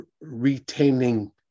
retaining